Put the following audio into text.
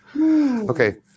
Okay